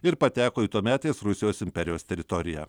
ir pateko į tuometės rusijos imperijos teritorijoją